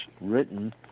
written